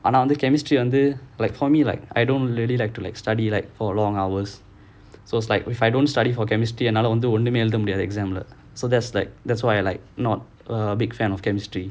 ஆனா:aana chemistry வந்து:vanthu like for me like I don't really like to like study like for long hours so it's like if I don't study for chemistry என்னால ஒன்னுமே எழுத முடியாது:ennala onumae ezhutha mudiyaathu exam lah so that's like that's why I like not a big fan of chemistry